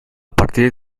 partir